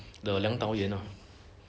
the 梁导演啊